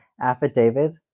affidavit